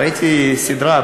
ראיתי סדרה,